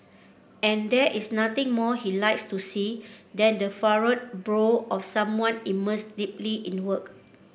and there is nothing more he likes to see than the furrowed brow of someone immersed deeply in work